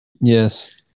Yes